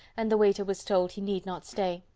and the waiter was told he need not stay.